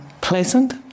pleasant